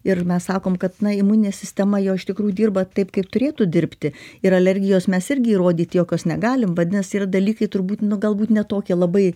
ir mes sakom kad imuninė sistema jo iš tikrųjų dirba taip kaip turėtų dirbti ir alergijos mes irgi įrodyti jokios negalim vadinasi ir dalykai turbūt nu galbūt ne tokie labai